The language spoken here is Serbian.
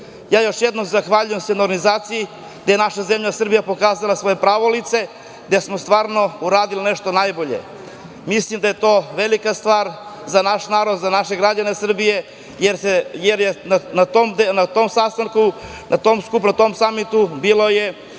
jednom se zahvaljujem na organizaciji gde je naša zemlja Srbija pokazala svoje pravo lice, gde smo stvarno uradili nešto najbolje. Mislim da je to velika stvar za naš narod, za naše građane Srbije, jer je na tom sastanku, na tom skupu, na tom Samitu bio